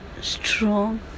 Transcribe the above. strong